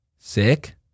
Sick